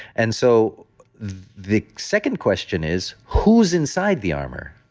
and so the second question is, who's inside the armor?